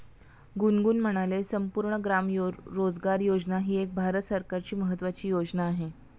गुनगुन म्हणाले, संपूर्ण ग्राम रोजगार योजना ही भारत सरकारची एक महत्त्वाची योजना आहे